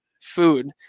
food